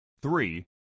Three